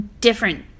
different